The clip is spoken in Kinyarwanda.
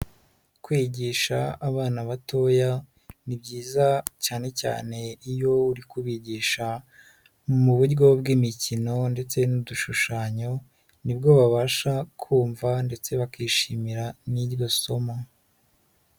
Kwigisha abana batoya ni byiza cyane cyane iyo uri kubigisha mu buryo bw'imikino, ndetse n'udushushanyo nibwo babasha kumva, ndetse bakishimira n'iryo somo.